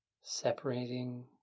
separating